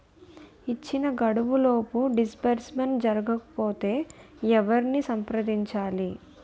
ఇచ్చిన గడువులోపు డిస్బర్స్మెంట్ జరగకపోతే ఎవరిని సంప్రదించాలి?